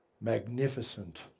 magnificent